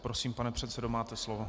Prosím, pane předsedo, máte slovo.